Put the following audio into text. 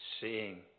seeing